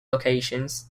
locations